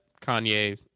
Kanye